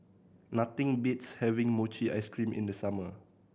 nothing beats having mochi ice cream in the summer